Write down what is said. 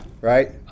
right